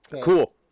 Cool